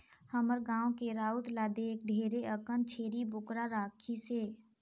हमर गाँव के राउत ल देख ढेरे अकन छेरी बोकरा राखिसे